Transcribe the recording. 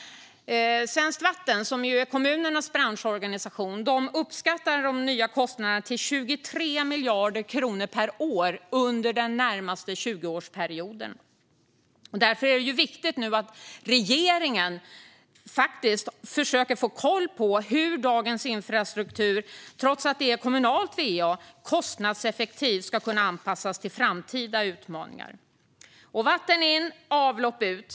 Svenskt Vatten, som ju är kommunernas branschorganisation, uppskattar de nya kostnaderna till 23 miljarder kronor per år under den närmaste 20-årsperioden. Därför är det viktigt att regeringen nu faktiskt försöker få koll på hur dagens infrastruktur, trots att det är kommunalt va, kostnadseffektivt ska kunna anpassas till framtida utmaningar. Det är vatten in och avlopp ut.